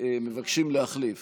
מבקשים להחליף